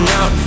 out